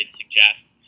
suggests